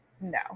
no